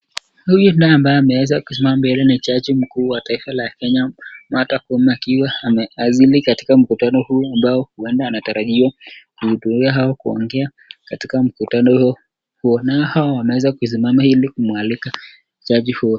Huyu naye ambaye ameweza kusimama mbele ni jaji mkuu wa taifa la Kenya Martha Koome akiwa amewasili katika mkutano huu ambao huenda anatarajiwa kuhutubia au kuongea katika mkutano huo. Nayo hao wameweza kusimama ili kumualika jaji huyo,